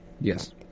yes